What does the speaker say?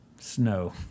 snow